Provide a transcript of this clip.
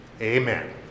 Amen